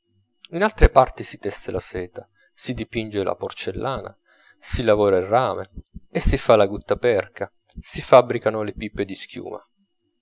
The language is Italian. in altre parti si tesse la seta si dipinge la porcellana si lavora il rame si fa la guttaperca si fabbricano le pipe di schiuma